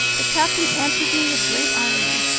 the captain answered me with great irony.